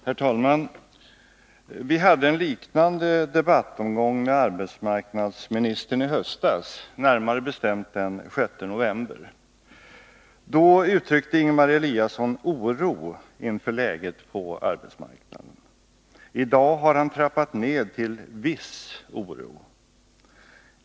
Herr talman! Vi hade en liknande debattomgång med arbetsmarknadsministern i höstas, närmare bestämt den 6 november. Då uttryckte Ingemar Eliasson ”oro” inför läget på arbetsmarknaden. I dag har han trappat ned till ”viss oro”.